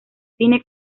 cine